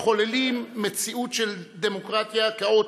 מחוללים מציאות של 'דמוקרטיה כאוטית',